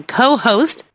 co-host